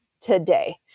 today